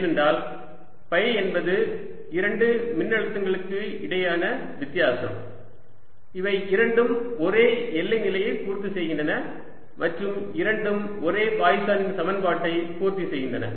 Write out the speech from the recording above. ஏனெனில் ஃபை என்பது இரண்டு மின்னழுத்தங்களுக்கு இடையேயான வித்தியாசம் இவை இரண்டும் ஒரே எல்லை நிலையை பூர்த்திசெய்கின்றன மற்றும் இரண்டும் ஒரே பாய்சனின் சமன்பாட்டை பூர்த்தி செய்கின்றன